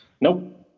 Nope